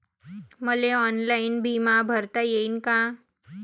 मले ऑनलाईन बिमा भरता येईन का?